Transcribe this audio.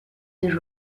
the